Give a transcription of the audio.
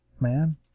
man